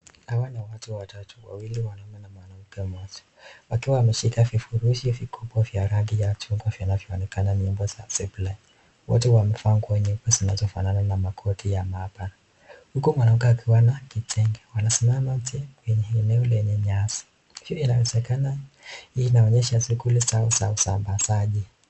Hawa ni watu watatu, wawili wanaume na mwanamke mmoja, wakiwa wameshika vifurushi vikubwa vya rangi ya chungwa vinavyoonekana nembo ya zipline ,wote wamevaa nguo nyeupe zinazofanana na koti ya mahabara, huku mwanamke akiwa na kitenge, wanasimama nje kwenye eneo lenye nyasi, hii inaonyesha shughuli zao za usambazaji.